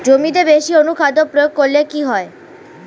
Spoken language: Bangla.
জমিতে বেশি অনুখাদ্য প্রয়োগ করলে কি হয়?